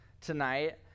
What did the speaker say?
tonight